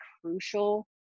crucial